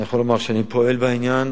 אני יכול לומר שאני פועל בעניין,